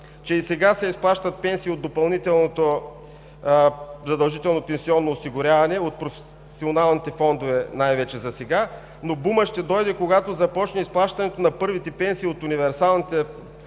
че и сега се изплащат пенсии от допълнителното задължително пенсионно осигуряване от професионалните фондове, бумът ще дойде, когато започне изплащането на първите пенсии от универсалните пенсионни